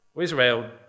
Israel